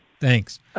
Thanks